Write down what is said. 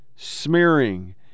smearing